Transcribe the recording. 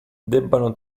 debbano